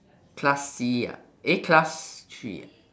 class C ah eh class three ah